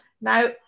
Now